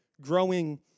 growing